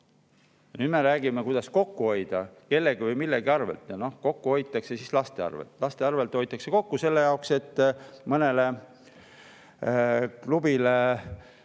Nüüd me räägime, kuidas kokku hoida kellegi või millegi arvelt. Kokku hoitakse laste arvelt. Laste arvelt hoitakse kokku selle jaoks, et mõnele klubile